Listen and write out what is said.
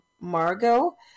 Margot